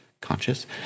conscious